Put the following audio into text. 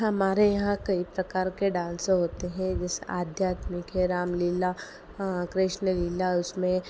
हमारे यहाँ कई प्रकार के डांस होते हैं जैसे आध्यात्मिक है राम लीला कृष्ण लीला उसमें